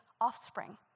offspring